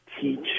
teach